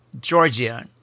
Georgia